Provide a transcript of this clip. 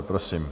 Prosím.